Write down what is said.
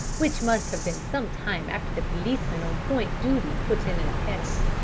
which must have been some time after the policeman on point duty put in an appearance,